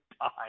time